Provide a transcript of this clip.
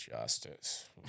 justice